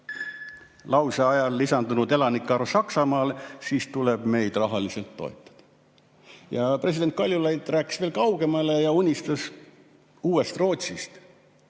lause ajal lisandunud elanike arv Saksamaale, siis tuleb meid rahaliselt toetada." Ja president Kaljulaid läks veel kaugemale ja unistas uuest Rootsist,